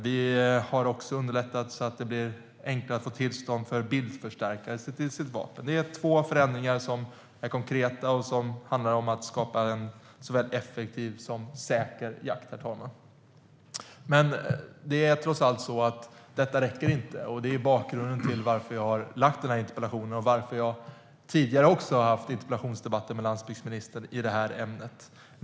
Vi har också gjort att det har blivit enklare att få tillstånd för bildförstärkare i sitt vapen. Detta räcker trots allt inte, och det är bakgrunden till att jag har ställt den här interpellationen och till att jag också tidigare har haft interpellationsdebatter med landsbygdsministern i det här ämnet.